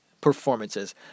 performances